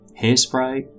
hairspray